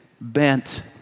bent